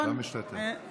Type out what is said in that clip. אינו משתתף בהצבעה